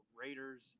Raiders